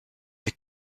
est